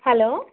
hello